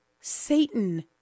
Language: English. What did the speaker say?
Satan